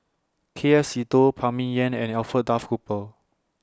K F Seetoh Phan Ming Yen and Alfred Duff Cooper